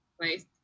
place